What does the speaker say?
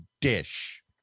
dish